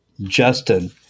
Justin